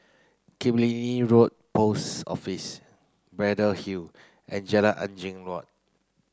Killiney Road Post Office Braddell Hill and Jalan Angin Laut